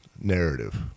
narrative